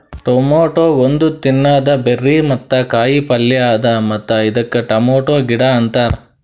tomato ಒಂದ್ ತಿನ್ನದ berry ಮತ್ತ ಕಾಯಿ ಪಲ್ಯ ಅದಾ ಮತ್ತ ಇದಕ್ ಟೊಮೇಟೊ ಗಿಡ ಅಂತಾರ್